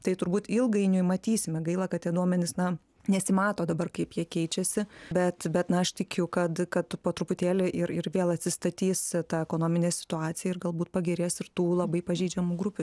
tai turbūt ilgainiui matysime gaila kad tie duomenys na nesimato dabar kaip jie keičiasi bet bet na aš tikiu kad kad po truputėlį ir ir vėl atsistatys ta ekonominė situacija ir galbūt pagerės ir tų labai pažeidžiamų grupių